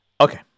Okay